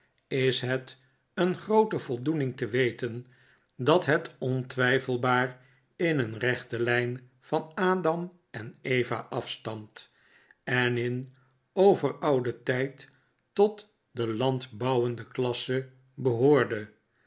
is het een groote voldoening te weten dat het ontwijfelbaar in een rechte lijn van adam en eva afstamt en in overouden tijd tot de landbouwende klasse behoorde